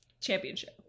championship